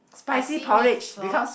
spicy meat floss